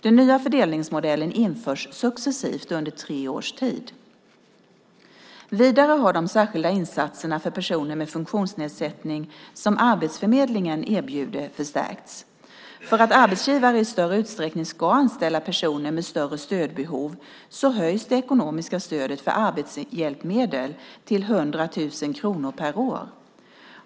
Den nya fördelningsmodellen införs successivt under tre års tid. Vidare har de särskilda insatserna för personer med funktionsnedsättning som Arbetsförmedlingen erbjuder förstärkts. För att arbetsgivare i större utsträckning ska anställa personer med större stödbehov höjs det ekonomiska stödet för arbetshjälpmedel till 100 000 kronor per år.